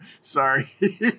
Sorry